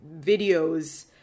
videos